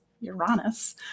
Uranus